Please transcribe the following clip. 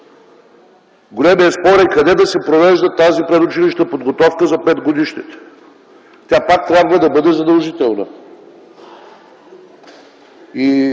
Големият спор е къде да се провежда тази предучилищна подготовка за 5-годишните. Тя пак трябва да бъде задължителна.